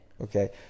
Okay